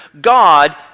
God